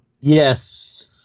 Yes